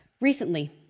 Recently